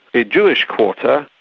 a jewish quarter,